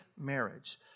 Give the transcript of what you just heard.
marriage